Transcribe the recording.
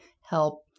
help